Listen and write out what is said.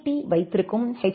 D வைத்திருக்கும் H